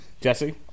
Jesse